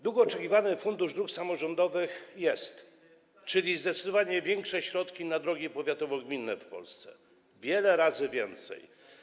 Długo oczekiwany Fundusz Dróg Samorządowych jest, czyli są zdecydowanie większe środki na drogi powiatowo-gminne w Polsce, jest wiele razy więcej.